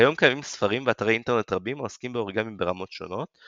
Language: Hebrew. כיום קיימים ספרים ואתרי אינטרנט רבים העוסקים באוריגמי ברמות שונות,